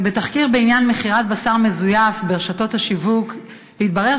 בתחקיר בעניין מכירת בשר מזויף ברשתות השיווק התברר